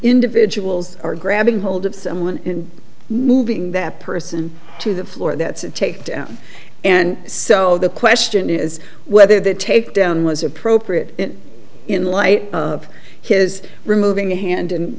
individuals are grabbing hold of someone and moving that person to the floor that's a takedown and so the question is whether the takedown was appropriate in light of his removing a hand and